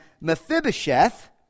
Mephibosheth